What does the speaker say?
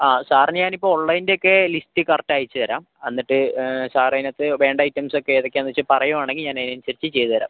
ആ സാറിന് ഞാൻ ഇപ്പം ഓൺലൈനിൻ്റ ഒക്കെ ലിസ്റ്റ് കറക്റ്റ് അയച്ച് തരാം എന്നിട്ട് സാർ അതിനകത്ത് വേണ്ട ഐറ്റംസ് ഒക്കെ ഏതൊക്കെയാന്ന് വെച്ച് പറയുവാണെങ്കിൽ ഞാന് അതിനനുസരിച്ച് ചെയ്ത് തരാം